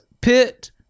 Pitt